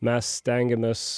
mes stengiamės